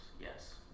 yes